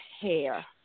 hair